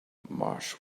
march